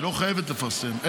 היא לא חייבת לפרסם,